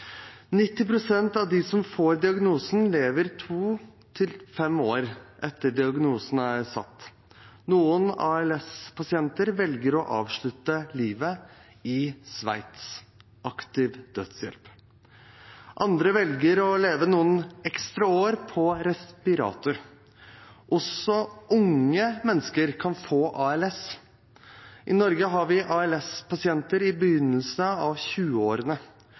av de som får diagnosen, lever to til fem år etter at diagnosen er satt. Noen ALS- pasienter velger å avslutte livet i Sveits – aktiv dødshjelp. Andre velger å leve noen ekstra år på respirator. Også unge mennesker kan få ALS. I Norge har vi ALS-pasienter i begynnelsen av